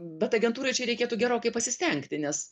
bet agentūrai čia reikėtų gerokai pasistengti nes